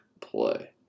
play